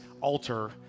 altar